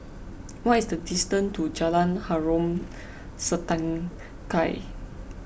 what is the distance to Jalan Harom Setangkai